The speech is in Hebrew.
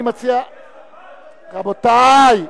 רבותי,